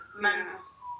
months